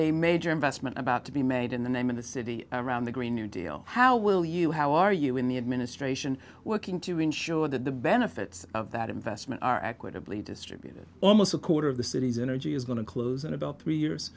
a major investment about to be made in the name of the city around the green new deal how will you how are you in the administration working to ensure that the benefits of that investment are equitably distributed almost a quarter of the cities energy is going to close in about three years